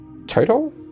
Total